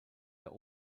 der